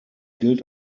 gilt